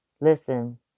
Listen